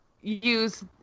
use